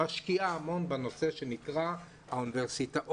משקיעה המון בנושא שנקרא האוניברסיטאות,